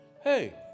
hey